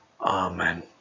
amen